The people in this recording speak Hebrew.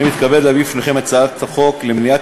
אני מתכבד להביא בפניכם את הצעת חוק למניעת